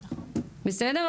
בסדר?